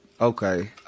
okay